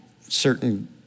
certain